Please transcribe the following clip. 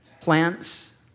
plants